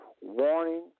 warning